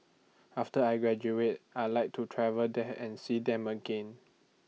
after I graduate I'd like to travel there and see them again